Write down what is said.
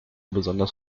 besonders